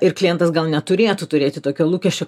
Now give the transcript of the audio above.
ir klientas gal neturėtų turėti tokio lūkesčio